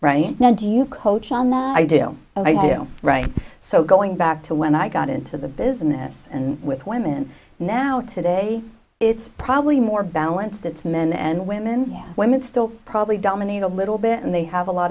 right now do you coach i do and i do right so going back to when i got into the business and with women now today it's probably more balanced it's men and women women still probably dominate a little bit and they have a lot